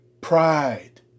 Pride